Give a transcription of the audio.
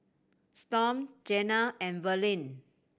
Storm Jena and Verlene